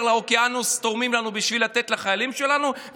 לאוקיינוס תורמים לנו בשביל לתת לחיילים שלנו,